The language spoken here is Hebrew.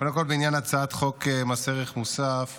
קודם כול בעניין הצעת חוק מס ערך מוסף,